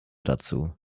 dazu